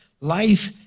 Life